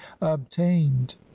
obtained